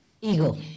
ego